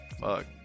Fuck